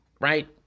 right